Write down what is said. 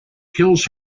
kills